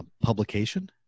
Publication